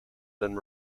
been